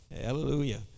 hallelujah